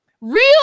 Real